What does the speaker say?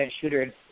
shooter